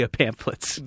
pamphlets